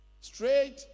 straight